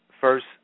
first